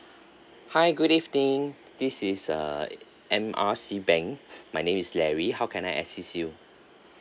hi good evening this is err M_R_C bank my name is larry how can I assist you